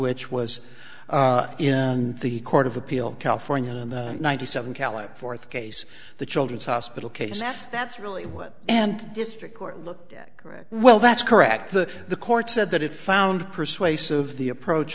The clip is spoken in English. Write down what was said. which was in the court of appeal california in the ninety seven callup fourth case the children's hospital case that that's really what and district court looked at right well that's correct the the court said that it found persuasive the approach